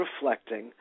reflecting